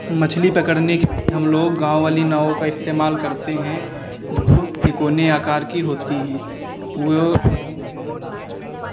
मछली पकड़ने की लिए हम लोग गाँव वाली नावों का इस्तेमाल करते हैं जो तिकोने आकार की होती हैं वो पूरे नाव की हम जाल